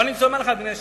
אבל, אדוני היושב-ראש,